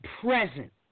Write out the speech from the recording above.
present